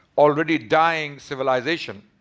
already dying civilization.